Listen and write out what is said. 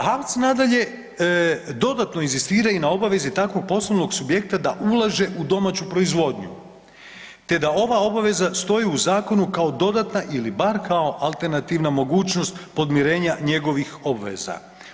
HAVC nadalje dodatno inzistira i na obavezi takvog poslovnog subjekta da ulaže u domaću proizvodnju te da ova obaveza stoji u zakonu kao dodatna ili bar kao alternativna mogućnost podmirenja njegovih obveza.